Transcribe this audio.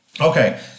Okay